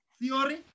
theory